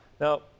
Now